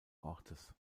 ortes